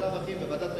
בלאו הכי בוועדת היישום,